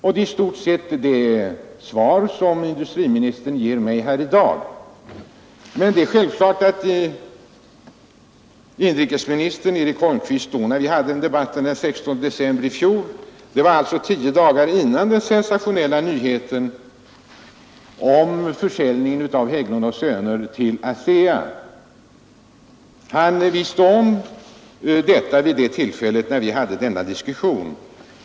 Det är i stort sett samma svar som industriministern ger mig i dag. När vi förde den debatten den 16 december — tio dagar före den sensationella försäljningen av Hägglund & Söner till ASEA — visste inrikesministern självfallet om att den försäljningen skulle ske.